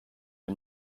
yet